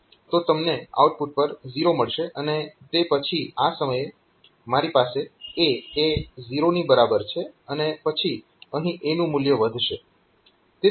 તો તમને આઉટપુટ પર 0 મળશે અને તે પછી આ સમયે મારી પાસે A એ 0 ની બરાબર છે અને પછી અહીં A નું મૂલ્ય વધશે